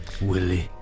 Willie